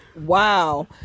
Wow